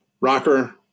Rocker